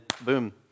boom